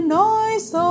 noise